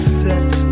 set